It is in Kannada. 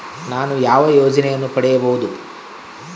ನಾನು ಯಾವ ಯೋಜನೆಯನ್ನು ಪಡೆಯಬಹುದು?